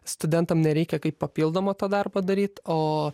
studentam nereikia kaip papildomo to darbo daryt o